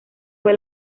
fue